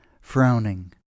frowning